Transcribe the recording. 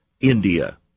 India